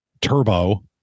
Turbo